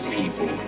people